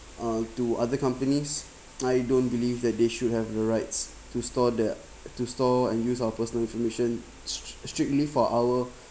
uh to other companies I don't believe that they should have the rights to store the to store and use our personal information strictly for our